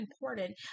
important